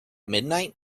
midnight